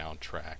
soundtrack